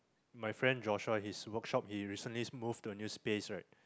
my friend Joshua his workshop he recently move to a new space right